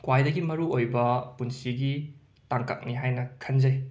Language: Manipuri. ꯈ꯭ꯋꯥꯏꯗꯒꯤ ꯃꯔꯨꯑꯣꯏꯕ ꯄꯨꯟꯁꯤꯒꯤ ꯇꯥꯡꯀꯛꯅꯤ ꯍꯥꯏꯅ ꯈꯟꯖꯩ